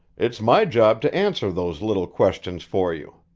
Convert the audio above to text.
it's my job to answer those little questions for you.